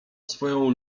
swoją